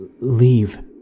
Leave